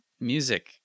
music